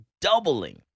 doubling